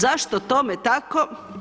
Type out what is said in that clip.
Zašto tome tako?